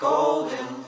Golden